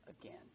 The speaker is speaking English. again